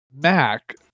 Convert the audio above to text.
Mac